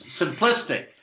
simplistic